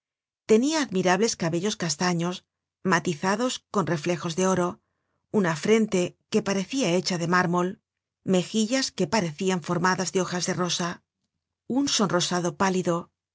tenia admirables cabellos castaños matizados con reflejos de oro una frente que parecia hecha de mármol mejillas que parecian formadas de hojas de rosa un sonrosado pálido